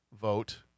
vote